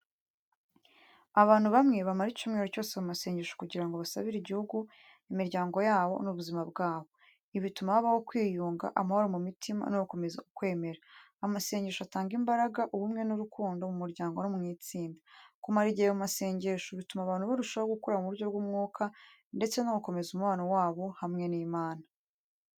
Abantu bamwe bamara icyumweru cyose mu masengesho kugira ngo basabire igihugu, imiryango yabo n’ubuzima bwabo. Ibi bituma habaho kwiyunga, amahoro mu mitima no gukomeza ukwemera. Amasengesho atanga imbaraga, ubumwe n’urukundo mu muryango no mu itsinda. Kumara igihe mu masengesho bituma abantu barushaho gukura mu buryo bw’umwuka ndetse no gukomeza umubano wabo hamwe n’Imana.